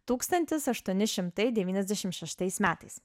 tūkstantis aštuoni šimtai devyniasdešim šeštais metais